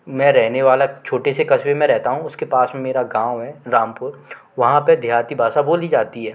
मैं रहने वाला छोटे से कस्बे में रहेता हूँ उसके पास में मेरा गाँव है रामपुर वहाँ पर देहाती भाषा बोली जाती है